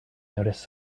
noticed